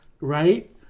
right